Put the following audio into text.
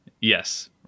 Yes